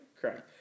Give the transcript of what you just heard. correct